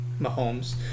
Mahomes